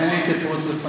אין לי את הפירוט לפני.